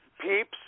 peeps